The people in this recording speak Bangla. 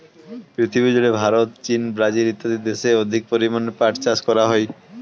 পৃথিবীজুড়ে ভারত, চীন, ব্রাজিল ইত্যাদি দেশে অধিক পরিমাণে পাট চাষ করা হয়